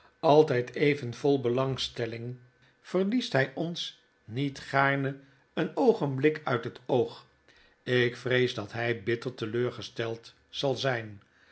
altyd even vol belangstelling verliest hjj ons niet gaarne een oogenblik uit het oog ik vrees dat by bitter teleurgesteld zal zgn